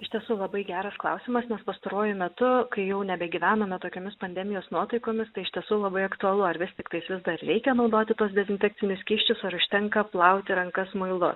iš tiesų labai geras klausimas nes pastaruoju metu kai jau nebegyvename tokiomis pandemijos nuotaikomis tai iš tiesų labai aktualu ar vis tiktais vis dar reikia naudoti tuos dezinfekcinius skysčius ar užtenka plauti rankas muilu